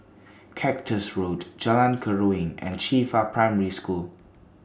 Cactus Road Jalan Keruing and Qifa Primary School